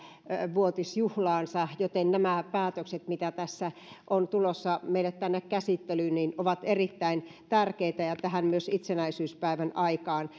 vuotisjuhlaansa joten nämä päätökset mitä on meille tulossa tänne käsittelyyn ovat erittäin tärkeitä ja myös itsenäisyyspäivän aikaan